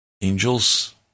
Angels